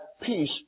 peace